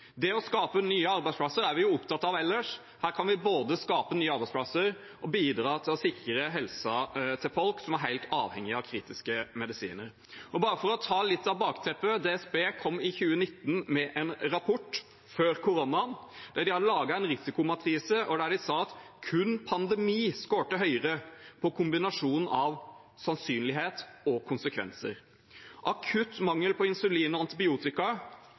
Det å skape nye arbeidsplasser er vi jo opptatt av ellers. Her kan vi både skape nye arbeidsplasser og bidra til å sikre helsa til folk som er helt avhengige av kritiske medisiner. Bare for å ta litt av bakteppet: DSB kom i 2019 med en rapport, altså før koronaen, der de har laget en risikomatrise, og der de sa at kun pandemi scoret høyere på kombinasjonen av sannsynlighet og konsekvenser. Akutt mangel på insulin og antibiotika